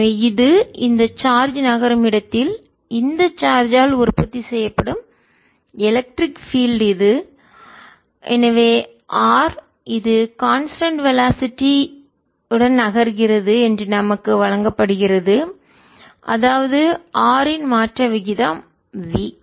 எனவேஇது இந்த சார்ஜ் நகரும் இடத்தில் இந்த சார்ஜ் ஆல் உற்பத்தி செய்யப்படும் எலக்ட்ரிக் பீல்ட் மின்சார புலம் இது எனவே r அது கான்ஸ்டன்ட் வேலாசிட்டி நிலையான வேகத்தில் நகர்கிறது என்று நமக்கு வழங்கப்படுகிறது அதாவது r இன் மாற்ற விகிதம் v